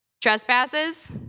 Trespasses